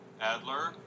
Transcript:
Adler